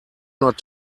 not